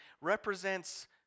represents